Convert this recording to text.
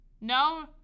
No